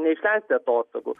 neišleisti atostogų